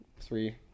three